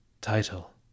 title